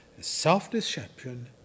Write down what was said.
self-deception